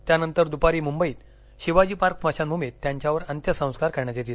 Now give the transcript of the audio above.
त्यानंतर दुपारी मुंबईत शिवाजी पार्क स्मशान भूमीत त्यांच्यावर अंत्यसंस्कार करण्यात येतील